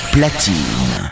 Platine